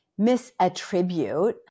misattribute